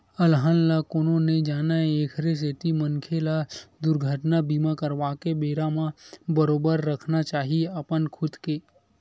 अलहन ल कोनो नइ जानय एखरे सेती मनखे ल दुरघटना बीमा करवाके बेरा म बरोबर रखना चाही अपन खुद के